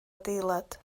adeilad